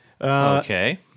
Okay